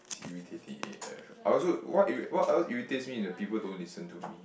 it's irritating A F I also what irri~ what else irritates me is people don't listen to me